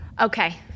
Okay